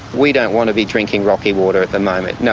we don't want to be drinking rocky water at the moment, no,